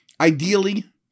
Ideally